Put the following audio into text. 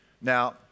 Now